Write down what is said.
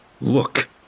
Look